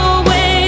away